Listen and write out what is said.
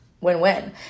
Win-win